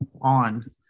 on